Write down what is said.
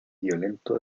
violento